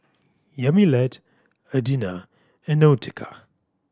Yamilet Adina and Nautica